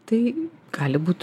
tai gali būt